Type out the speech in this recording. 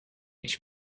ich